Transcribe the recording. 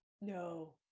No